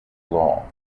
law